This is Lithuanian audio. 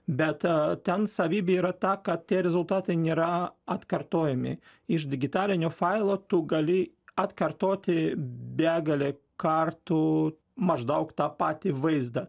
bet ten savybė yra ta kad tie rezultatai nėra atkartojami iš digitalinio failo tu gali atkartoti begalę kartų maždaug tą patį vaizdą